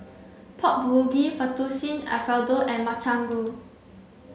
Pork Bulgogi Fettuccine Alfredo and Makchang Gui